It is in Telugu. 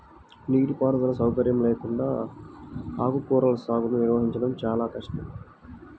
నీటిపారుదల సౌకర్యం లేకుండా ఆకుకూరల సాగుని నిర్వహించడం చాలా కష్టం